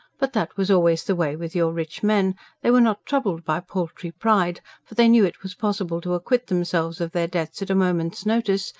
but that was always the way with your rich men they were not troubled by paltry pride for they knew it was possible to acquit themselves of their debts at a moment's notice,